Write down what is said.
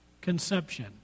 conception